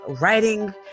writing